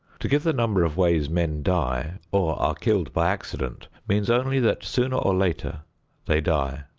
to give the number of ways men die or are killed by accident, means only that sooner or later they die,